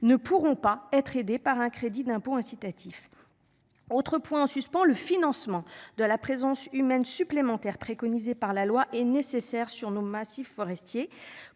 ne pourront pas être aidés par un crédit d'impôt incitatif. Autre point en suspend le financement de la présence humaine supplémentaires préconisés par la loi est nécessaire sur nos massifs forestiers